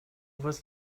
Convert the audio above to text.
was